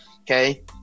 okay